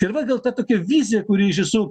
ir va gal ta tokia vizija kuri iš tiesų